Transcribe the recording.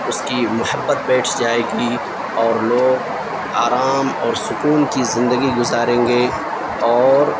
اس کی محبت بیٹھ جائے گی اور لوگ آرام اور سکون کی زندگی گزاریں گے اور